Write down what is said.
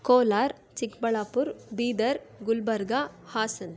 Kolar Chikkaballapur Bidar Gulbarga Hassan